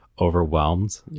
overwhelmed